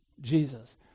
Jesus